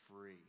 free